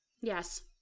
Yes